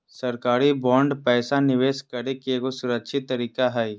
सरकारी बांड पैसा निवेश करे के एगो सुरक्षित तरीका हय